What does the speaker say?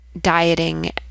dieting